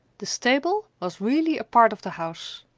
the stable was really a part of the house.